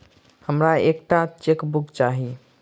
हमरा एक टा चेकबुक चाहि